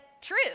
True